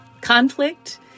Conflict